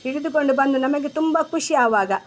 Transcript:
ಹಿಡಿದ್ಕೊಂಡು ಬಂದು ನಮಗೆ ತುಂಬ ಖುಷಿ ಆವಾಗ